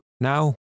now